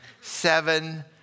Seven